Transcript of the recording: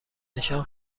نشان